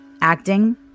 Acting